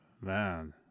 Man